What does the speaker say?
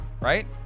right